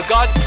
God